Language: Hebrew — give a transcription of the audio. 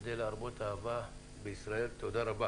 על מנת להרבות אהבה בישראל, תודה רבה.